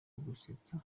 gusetsa